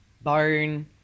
bone